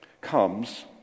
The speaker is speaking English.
comes